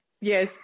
yes